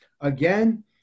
again